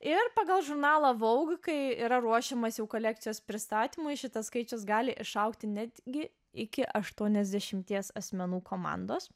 ir pagal žurnalą voug kai yra ruošiamas jau kolekcijos pristatymui šitas skaičius gali išaugti netgi iki aštuoniasdešimties asmenų komandos